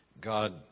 God